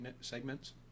segments